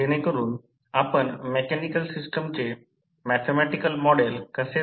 तर V 230 volt आहे cos 2076 शोधण्यासाठी प्रवाह35